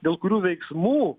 dėl kurių veiksmų